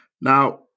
Now